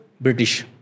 british